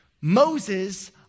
Moses